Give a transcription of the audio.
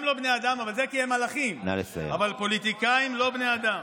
כי פוליטיקאי הפך אצלו לשם